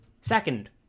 Second